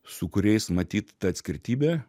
su kuriais matyt ta atskirtybė